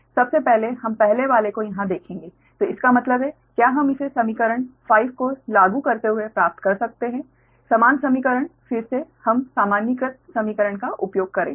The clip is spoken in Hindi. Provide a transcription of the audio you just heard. सबसे पहले हम पहले वाले को यहां देखेंगे तो इसका मतलब है क्या हम इसे समीकरण 5 को लागू करते हुए प्राप्त कर सकते हैं समान समीकरण फिर से हम सामान्यीकृत समीकरण का उपयोग करेंगे